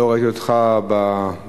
לא ראיתי אותך במקומך,